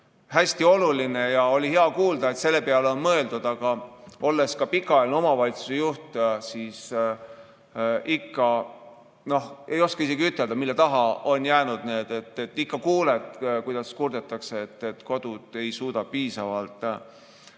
hästi oluline ja oli hea kuulda, et selle peale on mõeldud. Aga olles ka pikaajaline omavalitsuse juht, siis ma ei oska isegi ütelda, mille taha see on jäänud. Ikka kuuled, kuidas kurdetakse, et kodud ei suuda piisavalt